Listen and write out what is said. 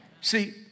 See